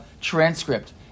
transcript